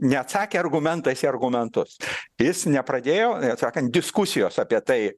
neatsakė argumentas į argumentus jis nepradėjo sakant diskusijos apie tai